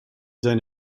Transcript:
zijn